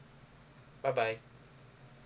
bye bye